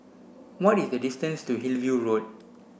what is the distance to Hillview Road